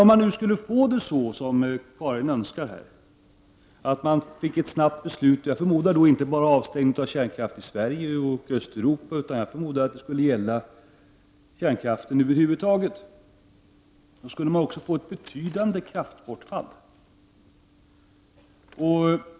Om det nu skulle bli så som Karin Starrin önskar, dvs. att ett beslut snabbt fattas om avstängning av kärnkraft inte bara i Sverige och Östeuropa utan över huvud taget, skulle det medföra ett betydande kraftbortfall.